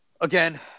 Again